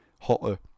Hotter